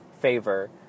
favor